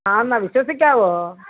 ആണോ വിശ്വസിക്കാമോ